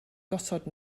gosod